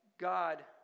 God